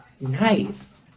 Nice